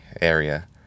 area